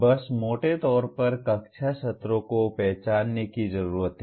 बस मोटे तौर पर कक्षा सत्रों को पहचानने की जरूरत है